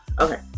Okay